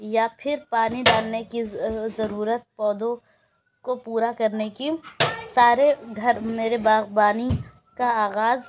یا پھر پانی ڈالنے کی ضرورت پودوں کو پورا کرنے کی سارے گھر میرے باغبانی کا آغاز